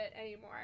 anymore